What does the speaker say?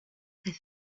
très